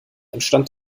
entstand